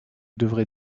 devait